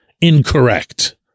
incorrect